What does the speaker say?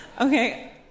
Okay